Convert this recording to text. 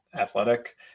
athletic